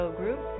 group